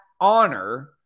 honor